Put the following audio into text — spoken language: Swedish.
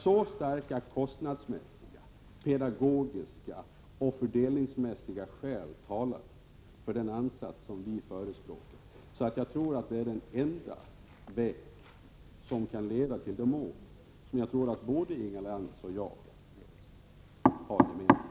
Så starka kostnadsmässiga, pedagogiska och fördelningsmässiga skäl talar för den ansats som vi föreslår att jag tror att det är den enda väg som kan leda fram till de mål som jag tror att både Inga Lantz och jag sätter upp.